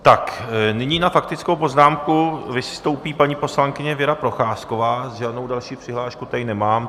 Tak nyní na faktickou poznámku vystoupí paní poslankyně Věra Procházková, žádnou další přihlášku tady nemám.